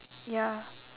ya